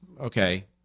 okay